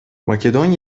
makedon